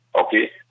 Okay